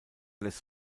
des